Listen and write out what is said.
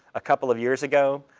a couple of years ago.